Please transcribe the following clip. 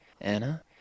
Anna